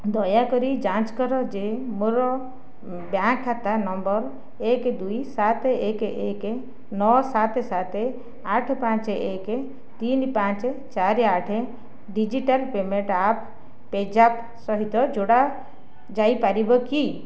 ଦୟାକରି ଯାଞ୍ଚ କର ଯେ ମୋର ବ୍ୟାଙ୍କ ଖାତା ନମ୍ବର ଏକ ଦୁଇ ସାତ ଏକ ଏକ ନଅ ସାତ ସାତ ଆଠ ପାଞ୍ଚ ଏକ ତିନି ପାଞ୍ଚ ଚାରି ଆଠ ଡିଜିଟାଲ୍ ପେମେଣ୍ଟ ଆପ୍ ପେଜାପ୍ ସହିତ ଯୋଡ଼ା ଯାଇପାରିବ କି